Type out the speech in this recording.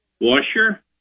washer